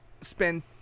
spend